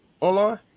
online